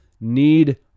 need